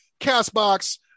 Castbox